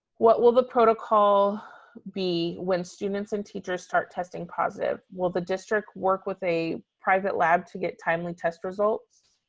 what will the protocol be when students and teachers start testing positive? will the district work with a private lab to get timely test results?